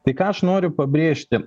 tai ką aš noriu pabrėžti